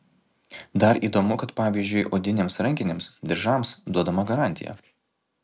dar įdomu kad pavyzdžiui odinėms rankinėms diržams duodama garantija